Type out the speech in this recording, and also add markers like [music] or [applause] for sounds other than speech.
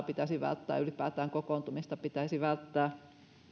[unintelligible] pitäisi välttää ylipäätään kokoontumista pitäisi välttää